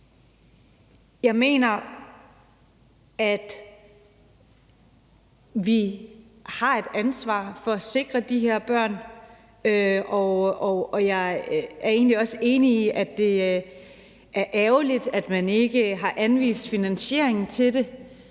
jeg mener, at vi har et ansvar for at sikre de børn, og jeg er egentlig også enig i, at det er ærgerligt, at man ikke har anvist finansiering til det.